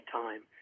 time